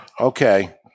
Okay